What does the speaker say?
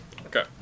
Okay